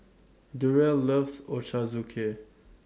Durrell loves Ochazuke